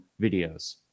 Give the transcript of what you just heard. videos